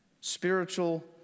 spiritual